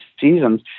seasons